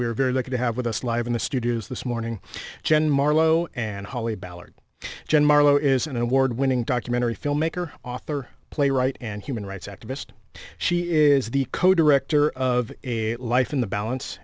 mike we're very lucky to have with us live in the studios this morning jen marlowe and holly ballard jen marlowe is an award winning documentary filmmaker author playwright and human rights activist she is the co director of a life in the balance